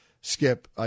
Skip